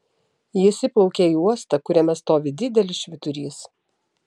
jis įplaukia į uostą kuriame stovi didelis švyturys